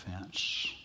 offense